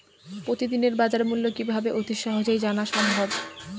প্রতিদিনের বাজারমূল্য কিভাবে অতি সহজেই জানা সম্ভব?